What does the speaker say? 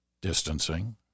distancing